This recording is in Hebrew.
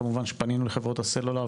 פנינו לחברות הסלולר,